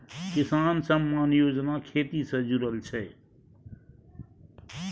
किसान सम्मान योजना खेती से जुरल छै